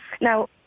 Now